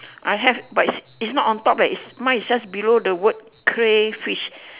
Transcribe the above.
I have but it's it's not on top eh it's mine is just below the word crayfish